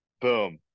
Boom